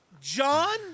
John